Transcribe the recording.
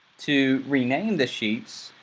to rename the sheets,